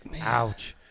Ouch